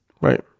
Right